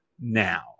now